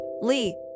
Lee